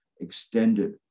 extended